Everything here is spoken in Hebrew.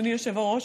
אדוני היושב-ראש,